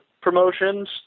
promotions